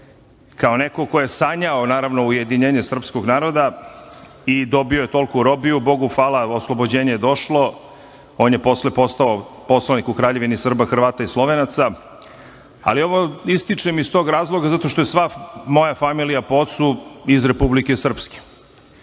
kao neko ko je sanjao naravno ujedinjenje srpskog naroda i dobio toliku robiju. Bogu hvala, oslobođenje je došlo. On je posle postao poslanik u Kraljevini Srba, Hrvata i Slovenaca. Ali, ovo ističem iz tog razloga zato što je sva moja familija po ocu iz Republike Srpske